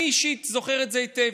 אני אישית זוכר את זה היטב.